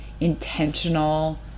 intentional